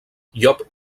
llop